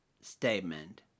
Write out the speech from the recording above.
Statement